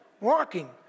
walking